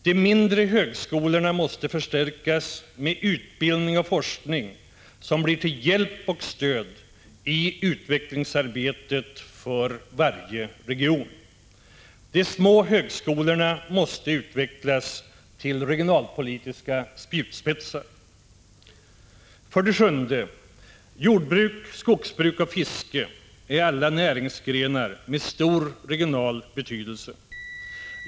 De mindre högskolorna måste förstärkas med utbildning och forskning som blir till hjälp och stöd i arbetet att utveckla varje region. De små högskolorna måste utvecklas till regionalpolitiska spjutspetsar. 7. Jordbruk, skogsbruk och fiske är näringsgrenar med stor regional betydelse.